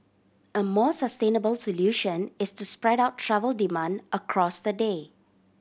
a more sustainable solution is to spread out travel demand across the day